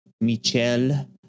Michelle